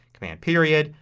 command period.